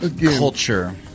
Culture